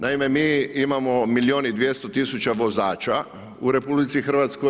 Naime, mi imamo milion i 200 tisuća vozača u RH.